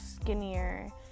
skinnier